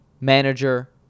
manager